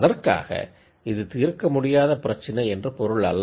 அதற்காக இது தீர்க்க முடியாத பிரச்சினை என்று பொருள் அல்ல